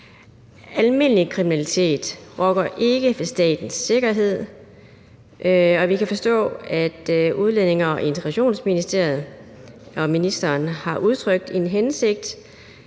Almindelig kriminalitet rokker ikke ved statens sikkerhed, og vi kan forstå, at Udlændinge- og Integrationsministeriet og ministeren har udtrykt en hensigt